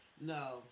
No